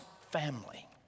family